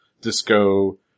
disco